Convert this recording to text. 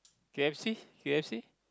k_f_c k_f_c